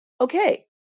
okay